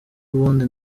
ubundi